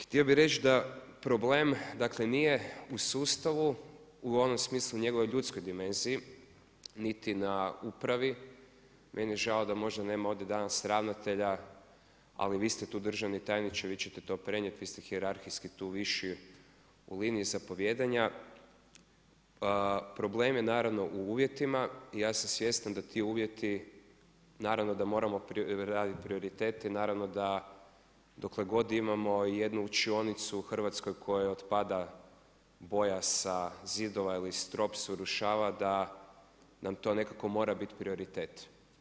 Htio bi reći da problem, dakle nije u sustavu, u onom smislu njegovoj ljudskoj dimenziji, niti na upravi, meni je žao da možda nema ovdje danas ravnatelja, ali vi ste tu državni tajniče, vi ćete to prenijeti, vi ste hijerarhijski tu viši u liniji zapovijedanja, problem je naravno u uvjetima i ja sam svjestan da ti uvjeti, naravno da moramo raditi prioritet i naravno da dokle god imamo jednu učionicu u Hrvatskoj kojoj boja sa zidova ili strop se urušava, da nam to nekako mora biti prioritet.